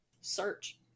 search